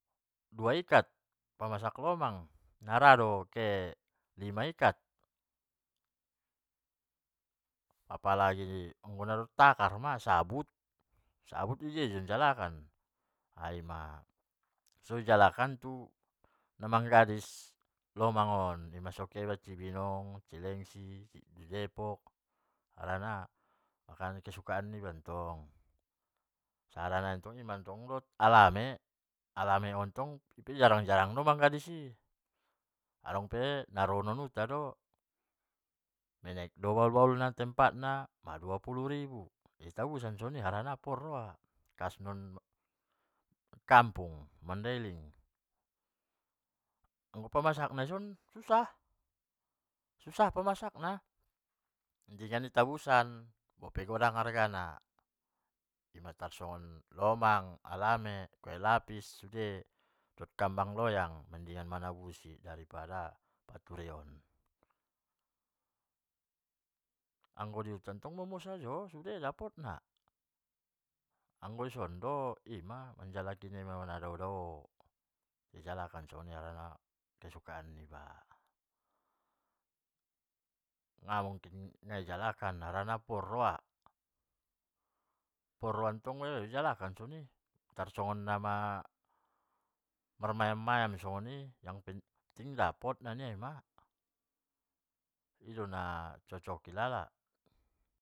Dua ikat marmasak lomang, nara dope lima ikat. apalagi dohot takar ma, jabut, jabut idia ma ijalakan, ima ijalakan ma tu namanggadis lomang on, inma khe iba tu cibinong, tu senci, tu depok, harana makanan kesukaan niba tong. tai tong sonima alame, alame on tong jarang-jarang do manggadis i, inpe adong dihuta do, menek do bahul-bahul na tempatna ma dua puluh ribu, itabusan soni harana na kot roha, pas non di kampung di mandailing, anggo pamasakna on susah, susah pamasakna, genan i tabusan bope godang argana tarsongon lomang. kue lapis dohot kambang goyang genan manabusi dari pada patureon, anggo dihuta tong momo sajo dapot na. anggo ison manajalaki na ma dao-dao. dijalakan ma harani kesukaan niba. namungkin naijalkan harana porroha, porrohantong ijalakan soni tarsongon namarmayam-mayam soni naponting dapot naia i mana, ido nacocok ilala.